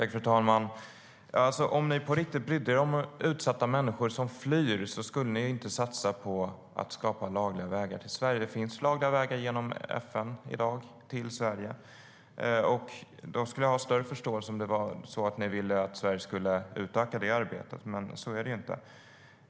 Fru talman! Om ni på riktigt brydde er om utsatta människor som flyr skulle ni inte satsa på att skapa lagliga vägar till Sverige. Det finns lagliga vägar till Sverige i dag genom FN. Jag skulle ha större förståelse för om ni ville att Sverige skulle utöka detta arbete. Men så är det inte.